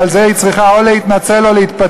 ועל זה היא צריכה או להתנצל או להתפטר: